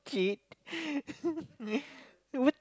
cheat